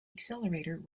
accelerator